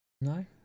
No